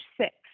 six